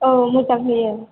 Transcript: औ मोजां होयो